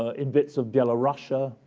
ah in bits of belorussia,